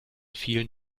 vielen